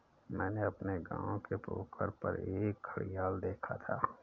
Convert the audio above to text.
मैंने अपने गांव के पोखर पर एक घड़ियाल देखा था